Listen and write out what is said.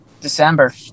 December